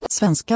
Svenska